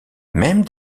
même